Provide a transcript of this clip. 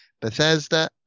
Bethesda